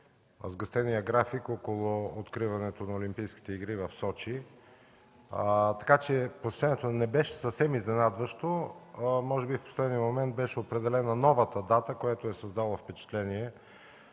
сгъстения график около откриването на Олимпийските игри в Сочи. Така че посещението не беше съвсем изненадващо. Може би в последния момент беше определена новата дата, което е създало впечатление,